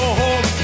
home